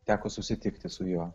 teko susitikti su juo